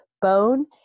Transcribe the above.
bone